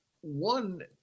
one